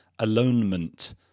alonement